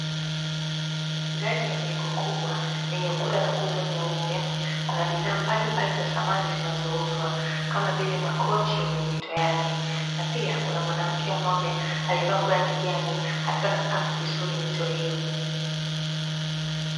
Ndani ya jengo kubwa lenye ukuta na nguzo nyeupe, kuna bidhaa mbalimbali za samani zinazouzwa kama vile makochi yenye mito yake, na pia kuna mwanamke mmoja aliyevaa nguo ya kijani akiwa anapanga vizuri mito hiyo.